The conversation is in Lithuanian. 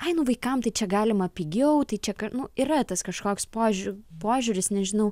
ai nu vaikam tai čia galima pigiau tai čia ka nų yra tas kažkoks požiū požiūris nežinau